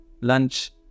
lunch